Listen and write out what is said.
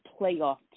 playoff